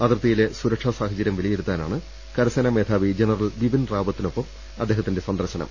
അതിർത്തിയിലെ സുരക്ഷാ സാഹചര്യം വിലയിരുത്താനാണ് കരസേനാ മേധാവി ജനറൽ വിപിൻ റാവത്തിനൊപ്പം അദ്ദേഹത്തിന്റെ സന്ദർശനം